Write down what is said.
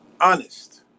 honest